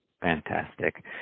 fantastic